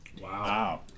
Wow